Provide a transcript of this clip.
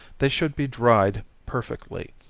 they should be dried perfectly,